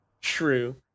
True